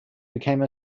became